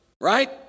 right